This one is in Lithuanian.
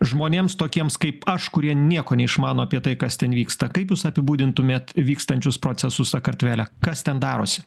žmonėms tokiems kaip aš kurie nieko neišmano apie tai kas ten vyksta kaip jūs apibūdintumėt vykstančius procesus sakartvele kas ten darosi